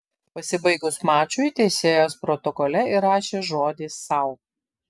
pasibaigus mačui teisėjas protokole įrašė žodį sau